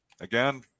Again